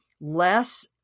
less